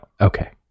Okay